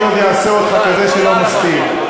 אני עוד אעשה אותך כזה שלא מסתיר,